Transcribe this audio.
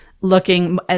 looking